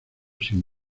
sin